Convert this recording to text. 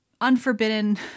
unforbidden